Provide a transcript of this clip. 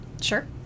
Sure